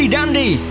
Dandy